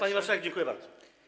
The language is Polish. Pani marszałek, dziękuję bardzo.